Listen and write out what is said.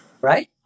Right